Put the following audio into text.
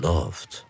Loved